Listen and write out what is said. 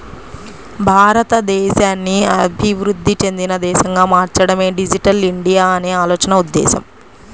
భారతదేశాన్ని అభివృద్ధి చెందిన దేశంగా మార్చడమే డిజిటల్ ఇండియా అనే ఆలోచన ఉద్దేశ్యం